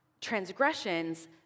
transgressions